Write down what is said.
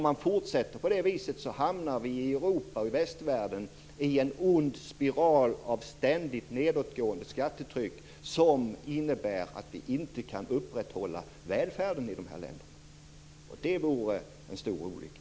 Annars hamnar vi i Europa och i västvärlden i en ond spiral av ständigt nedåtgående skattetryck som innebär att vi inte kan upprätthålla välfärden i dessa länder. Det vore en stor olycka.